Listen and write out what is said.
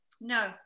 no